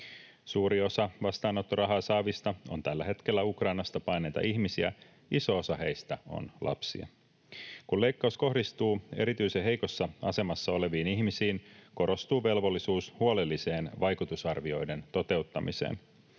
Suuri osa vastaanottorahaa saavista on tällä hetkellä Ukrainasta paenneita ihmisiä. Iso osa heistä on lapsia. Kun leikkaus kohdistuu erityisen heikossa asemassa oleviin ihmisiin, korostuu velvollisuus huolelliseen vaikutusarvioiden toteuttamiseen